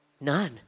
none